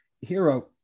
hero